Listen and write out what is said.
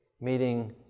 meeting